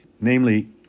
namely